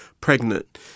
pregnant